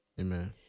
Amen